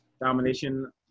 domination